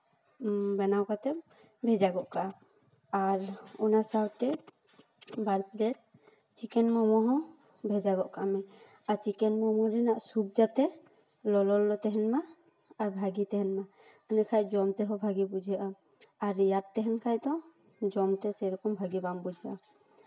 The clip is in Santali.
ᱵᱮᱱᱟᱣ ᱠᱟᱛᱮ ᱵᱷᱮᱡᱟ ᱜᱚᱜ ᱠᱟᱜᱼᱟ ᱟᱨ ᱚᱱᱟ ᱥᱟᱶᱛᱮ ᱵᱟᱨ ᱯᱞᱮᱴ ᱪᱤᱠᱮᱱ ᱢᱳᱢᱳ ᱦᱚᱸ ᱵᱷᱮᱡᱟ ᱜᱚᱜ ᱠᱟᱜ ᱢᱮ ᱟᱨ ᱪᱤᱠᱮᱱ ᱢᱳᱢᱳ ᱨᱮᱱᱟᱜ ᱥᱩᱯ ᱡᱟᱛᱮ ᱞᱚᱞᱚ ᱛᱟᱦᱮᱱ ᱢᱟ ᱟᱨ ᱵᱷᱟᱹᱜᱤ ᱛᱟᱦᱮᱱ ᱢᱟ ᱤᱱᱟᱹᱠᱷᱟᱡ ᱡᱚᱢ ᱛᱮᱦᱚᱸ ᱵᱷᱟᱜᱮ ᱵᱩᱡᱷᱟᱹᱜᱼᱟ ᱟᱨ ᱨᱮᱭᱟᱲ ᱛᱟᱦᱮᱱ ᱠᱷᱟᱡ ᱫᱚ ᱡᱚᱢ ᱛᱮ ᱥᱮᱨᱚᱠᱚᱢ ᱵᱷᱟᱜᱮ ᱵᱟᱝ ᱵᱩᱡᱷᱟᱹᱜᱼᱟ